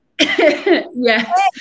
Yes